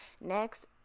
next